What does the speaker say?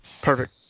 perfect